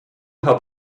how